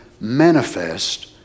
manifest